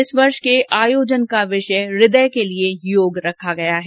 इसे वर्ष के आयोजन का विषय हृदय के लिए योग रखा गया है